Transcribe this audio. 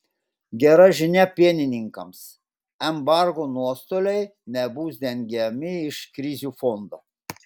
gera žinia pienininkams embargo nuostoliai nebus dengiami iš krizių fondo